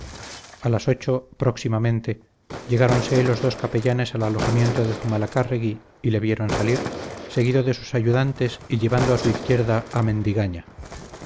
a las ocho próximamente llegáronse los dos capellanes al alojamiento de zumalacárregui y le vieron salir seguido de sus ayudantes y llevando a su izquierda a mendigaña